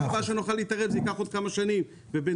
בפעם הבאה שנוכל להתערב זה ייקח עוד כמה שנים ובינתיים,